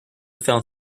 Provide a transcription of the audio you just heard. found